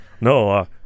no